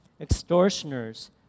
extortioners